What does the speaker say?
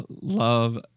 Love